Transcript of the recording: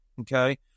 Okay